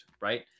right